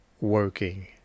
working